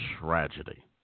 tragedy